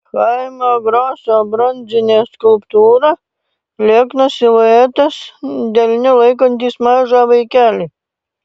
chaimo groso bronzinė skulptūra lieknas siluetas delne laikantis mažą vaikelį